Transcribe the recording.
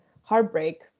heartbreak